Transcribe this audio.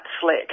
slick